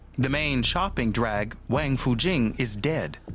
the main shopping drag wangfujing is dead.